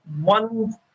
one